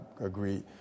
agree